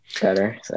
better